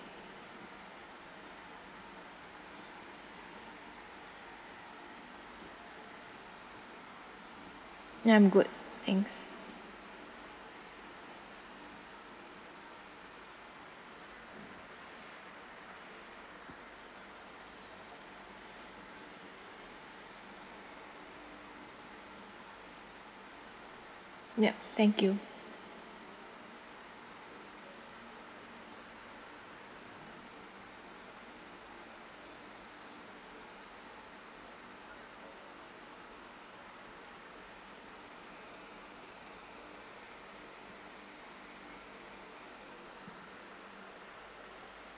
ya I'm good thanks yup thank you